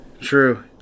True